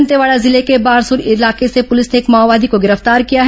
दंतेवाड़ा जिले के बारसुर इलाके से पुलिस ने एक माओवादी को गिरफ्तार किया है